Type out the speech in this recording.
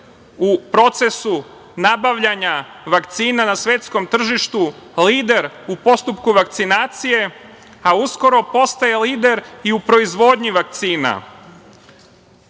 u procesu nabavljanja vakcina na svetskom tržištu, lider u postupku vakcinacije, a uskoro postaje lider i u proizvodnji vakcina. Već